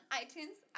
iTunes